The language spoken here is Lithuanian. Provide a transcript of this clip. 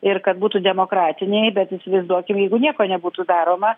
ir kad būtų demokratiniai bet įsivaizduokim jeigu nieko nebūtų daroma